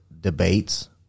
debates